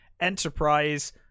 Enterprise